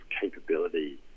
capability